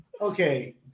Okay